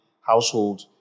household